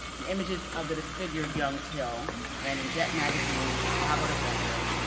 and images of the disfigured young till ran in jet magazine, the chicago defender,